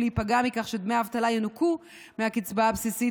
להיפגע מכך שדמי האבטלה ינוכו מהקצבה הבסיסית,